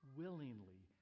willingly